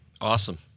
Awesome